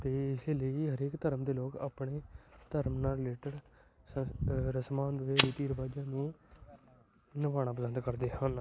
ਅਤੇ ਇਸੇ ਲਈ ਹਰੇਕ ਧਰਮ ਦੇ ਲੋਕ ਆਪਣੇ ਧਰਮ ਨਾਲ ਸ ਰਿਲੇਟਡ ਰਸਮਾਂ ਰੀਤੀ ਰਿਵਾਜਾਂ ਨੂੰ ਨਿਭਾਉਣਾ ਪਸੰਦ ਕਰਦੇ ਹਨ